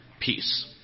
peace